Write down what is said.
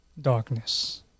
Darkness